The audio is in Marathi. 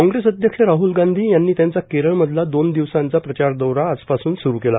काँग्रेस अध्यक्ष राहुल गांधी यांनी त्यांचा केरळमधला दोन दिवसांचा प्रचारदौरा आजपासून स्रू केला